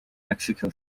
mexico